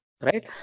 Right